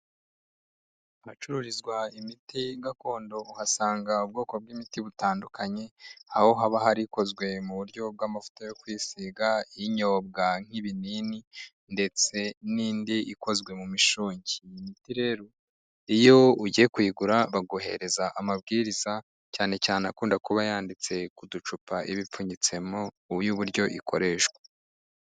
hacururizwa imiti gakondo uhasanga ubwoko bw'imiti butandukanye, aho haba hari Ikozwe mu buryo bw'amavuta yo kwisiga inyobwa nk'ibinini, ndetse n'indi ikozwe mu mishongi. Iyi miti rero iyo ugiye kuyigura, baguhereza amabwiriza cyane cyane akunda kuba yanditse ku ducupa iba ipfunyitsemo y'uburyo ikoreshwa.